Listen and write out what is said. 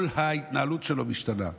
כל ההתנהלות שלו משתנה,